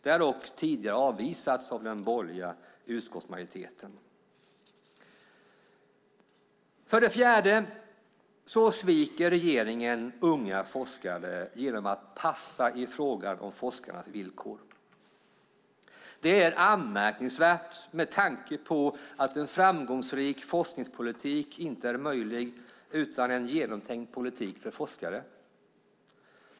Detta har dock avvisats av den borgerliga utskottsmajoriteten. För det fjärde sviker regeringen unga forskare genom att passa i frågan om forskarnas villkor. Det är anmärkningsvärt med tanke på att en framgångsrik forskningspolitik inte är möjlig utan en genomtänkt politik för forskare.